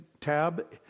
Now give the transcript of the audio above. tab